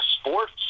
sports